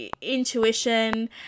intuition